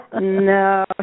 No